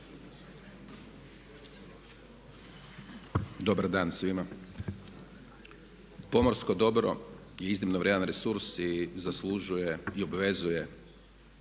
Dobar dan svima. Pomorsko dobro je iznimno vrijedan resurs i zaslužuje i obvezuje